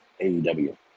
AEW